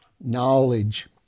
knowledge